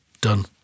done